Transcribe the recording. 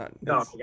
No